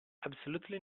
absolutely